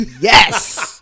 Yes